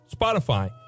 Spotify